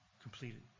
Completed